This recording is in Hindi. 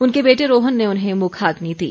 उनके बेटे रोहन ने उन्हें मुखाग्नि दी